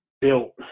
built